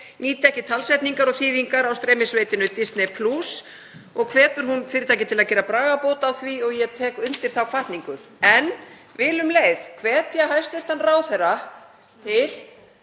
íslenskar talsetningar og þýðingar á streymisveitunni Disney+ og hvetur hún fyrirtækið til að gera bragarbót á því og ég tek undir þá hvatningu. Ég vil um leið hvetja hæstv. ráðherra til